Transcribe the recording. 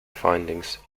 findings